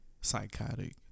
psychotic